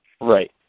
Right